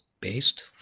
based